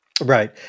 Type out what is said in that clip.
Right